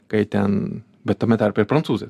kai ten bet tame tarpe ir prancūzai